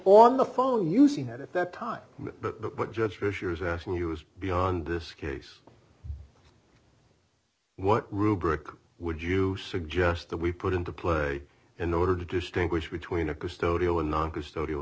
on the phone using at that time the judge fisher is asking us beyond this case what rubric would you suggest that we put into play in order to distinguish between a custodial and non custodial